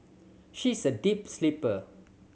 she is a deep sleeper